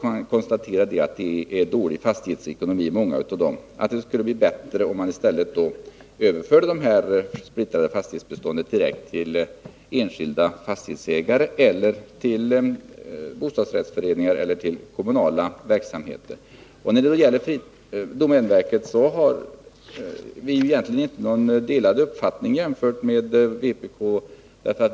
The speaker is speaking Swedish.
Man konstaterar helt enkelt att fastighetsekonomin är så dålig i många av dem att det skulle vara bättre om man överförde dem till enskilda fastighetsägare, bostadsrättsföreningar eller till kommunal verksamhet. När det gäller domänverket råder egentligen inte delade uppfattningar mellan vpk och oss.